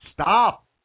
stop